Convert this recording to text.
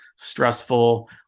stressful